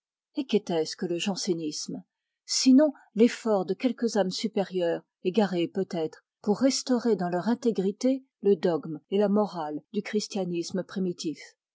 et qu'était-ce que le jansénisme sinon l'effort de quelques âmes supérieures égarées peut-être pour restaurer dans leur intégrité le dogme et la morale du christianisme primitif